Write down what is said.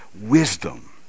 wisdom